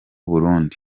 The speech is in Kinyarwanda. burundi